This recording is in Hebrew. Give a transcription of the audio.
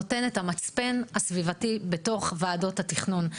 נותן את המצפן הסביבתי בתוך וועדות התכנון.